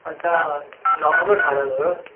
अछा नओं घरु ठाहिरायो अथव